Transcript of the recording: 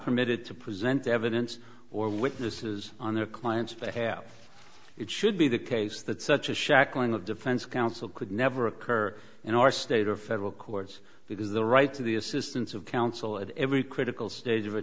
permitted to present evidence or witnesses on their client's behalf it should be the case that such a shackling of defense counsel could never occur in our state or federal courts because the right to the assistance of counsel at every critical stage of a